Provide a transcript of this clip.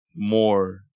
more